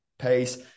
pace